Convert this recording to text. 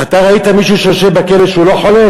אתה ראית מישהו שיושב בכלא שהוא לא חולה?